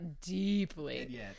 deeply